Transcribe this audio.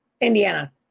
Indiana